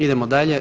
Idemo dalje.